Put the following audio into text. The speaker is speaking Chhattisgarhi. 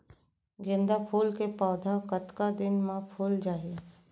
गेंदा फूल के पौधा कतका दिन मा फुल जाही?